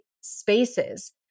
spaces